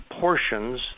portions